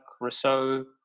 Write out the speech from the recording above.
Rousseau